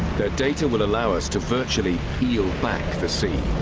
their data will allow us to virtually heel back the sea,